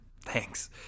Thanks